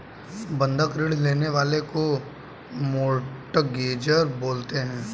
बंधक ऋण लेने वाले को मोर्टगेजेर बोलते हैं